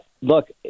look